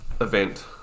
Event